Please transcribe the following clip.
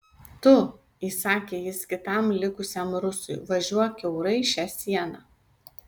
tu įsakė jis kitam likusiam rusui važiuok kiaurai šią sieną